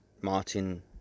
Martin